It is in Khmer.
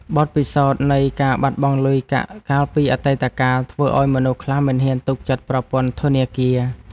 បទពិសោធន៍នៃការបាត់បង់លុយកាក់កាលពីអតីតកាល ធ្វើឱ្យមនុស្សខ្លះមិនហ៊ានទុកចិត្តប្រព័ន្ធធនាគារ។